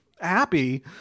happy